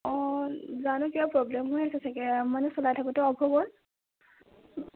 অঁ জানো কিবা প্ৰব্লেম হৈ আছে চাগৈ মানে চলাই থাকোঁতেই অ'ফ হৈ গ'ল